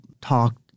talked